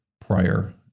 prior